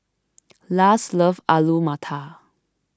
Lars loves Alu Matar